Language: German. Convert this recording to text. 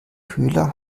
köhler